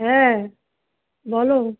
হ্যাঁ বলো